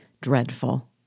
dreadful